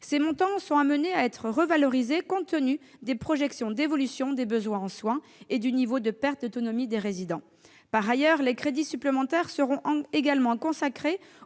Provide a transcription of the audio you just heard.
Ces montants sont amenés à être revalorisés compte tenu des projections d'évolution des besoins en soins et du niveau de perte d'autonomie des résidents. Par ailleurs, des crédits supplémentaires seront également consacrés